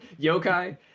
Yokai